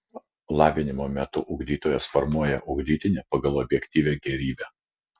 lavinimo metu ugdytojas formuoja ugdytinį pagal objektyvią gėrybę